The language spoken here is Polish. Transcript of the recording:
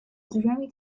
drzwiami